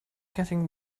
getting